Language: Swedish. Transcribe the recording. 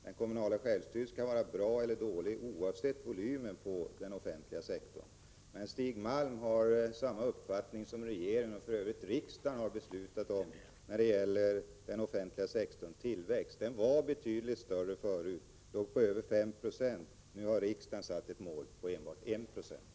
Den kommunala självstyrelsen kan vara bra eller dålig oavsett volymen på den offentliga sektorn. Men Stig Malm har samma uppfattning som regeringen — och riksdagen har för övrigt beslutat om detta — när det gäller den offentliga sektorns tillväxt. Den var betydligt större förut, över 5 Jo. Nu har riksdagen satt ett mål på enbart 1 90.